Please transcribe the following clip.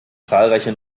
zahlreiche